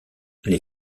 les